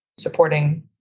supporting